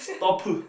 stop